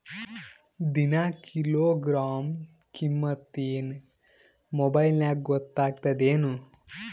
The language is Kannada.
ದಿನಾ ಕಿಲೋಗ್ರಾಂ ಕಿಮ್ಮತ್ ಏನ್ ಮೊಬೈಲ್ ನ್ಯಾಗ ಗೊತ್ತಾಗತ್ತದೇನು?